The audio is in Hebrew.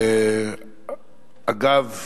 אגב,